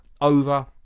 over